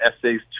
essays